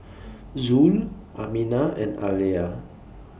Zul Aminah and Alya